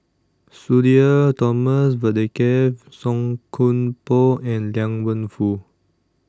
Sudhir Thomas Vadaketh Song Koon Poh and Liang Wenfu